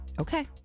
okay